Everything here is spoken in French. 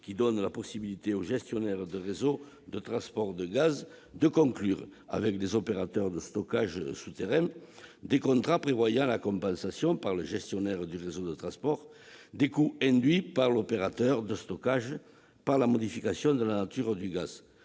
à donner la possibilité au gestionnaire de réseau de transport de gaz de conclure, avec des opérateurs de stockage souterrains, des contrats prévoyant la compensation par le gestionnaire du réseau de transport des coûts induits par l'opérateur de stockage par la modification de la nature du gaz.